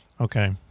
okay